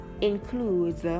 includes